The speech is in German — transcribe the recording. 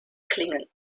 klingen